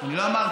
אני לא אמרתי.